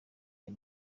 ayo